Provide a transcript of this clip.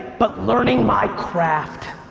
but learning my craft.